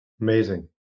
Amazing